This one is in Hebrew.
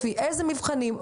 לפי איזה מבחנים,